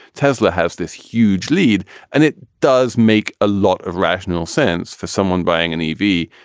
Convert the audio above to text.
tesla has this huge lead and it does make a lot of rational sense for someone buying an e v.